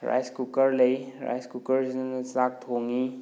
rice cooker ꯂꯩ rice ꯀꯨꯀꯔꯁꯤꯗꯅ ꯆꯥꯛ ꯊꯣꯡꯉꯤ